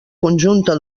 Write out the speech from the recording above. conjunta